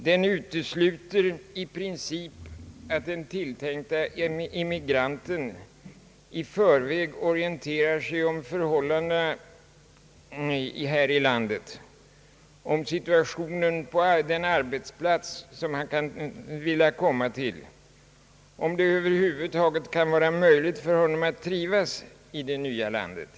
Den utesluter i princip att den tilltänkte immigranten i förväg orienterar sig om förhållandena här i landet, om situationen på den arbetsplats han vill komma till och om det över huvud taget kan vara möjligt för honom att trivas i det nya landet.